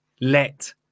let